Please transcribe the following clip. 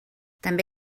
també